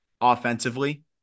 offensively